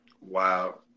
Wow